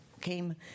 came